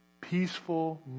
peaceful